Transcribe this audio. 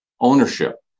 Ownership